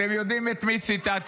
אתם יודעים את מי ציטטתי?